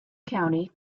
county